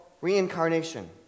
reincarnation